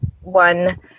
one